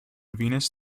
venous